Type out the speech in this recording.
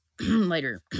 later